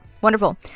Wonderful